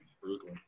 brutal